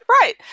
Right